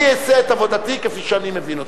אני אעשה את עבודתי כפי שאני מבין אותה.